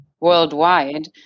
worldwide